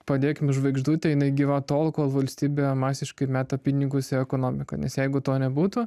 padėkim žvaigždutę jinai gyva tol kol valstybė masiškai meta pinigus į ekonomiką nes jeigu to nebūtų